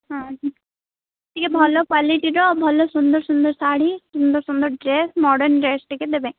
ହଁ ଟିକେ ଭଲ କ୍ୱାଲିଟିର ଭଲ ସୁନ୍ଦର ସୁନ୍ଦର ଶାଢ଼ୀ ସୁନ୍ଦର ସୁନ୍ଦର ଡ୍ରେସ୍ ମଡ଼ର୍ନ ଡ୍ରେସ୍ ଟିକେ ଦେବେ